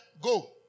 go